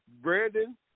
Brandon